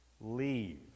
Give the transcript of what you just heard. Leave